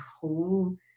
whole